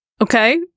Okay